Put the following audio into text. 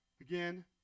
Again